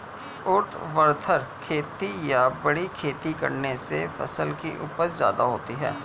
ऊर्ध्वाधर खेती या खड़ी खेती करने से फसल की उपज ज्यादा होती है